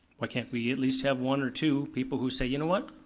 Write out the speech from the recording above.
why can't we at least have one or two people who say, you know what?